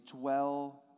dwell